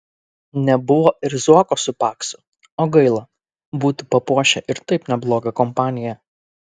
nebuvo ir zuoko su paksu o gaila būtų papuošę ir taip neblogą kompaniją